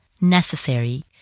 necessary